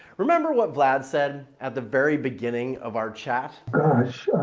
remember what vlad said at the very beginning of our chat? gosh,